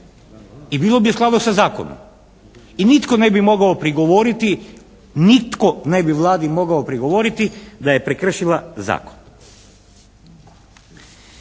i bilo bi u skladu sa zakonom i nitko ne bi mogao prigovoriti, nitko ne bi Vladi mogao prigovoriti da je prekršila zakon.